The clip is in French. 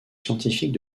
scientifique